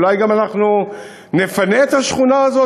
אולי אנחנו גם נפנה את השכונה הזאת?